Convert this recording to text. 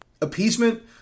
appeasement